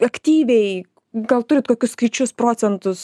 aktyviai gal turit kokius skaičius procentus